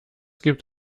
gibt